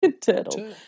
turtle